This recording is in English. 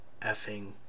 effing